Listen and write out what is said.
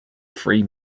free